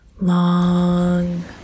long